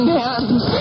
hands